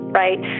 right